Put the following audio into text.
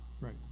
Right